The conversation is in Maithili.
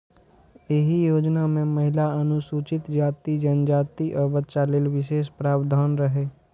एहि योजना मे महिला, अनुसूचित जाति, जनजाति, आ बच्चा लेल विशेष प्रावधान रहै